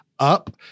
up